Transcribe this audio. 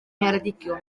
ngheredigion